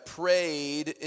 prayed